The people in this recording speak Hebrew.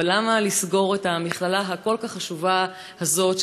אבל למה לסגור את המכללה הכל-כך חשובה הזאת,